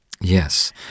Yes